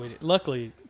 luckily